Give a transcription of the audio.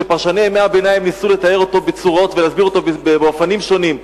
שפרשני ימי-הביניים ניסו לתאר אותו ולהסביר אותו בצורות ובאופנים שונים.